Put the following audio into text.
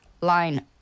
line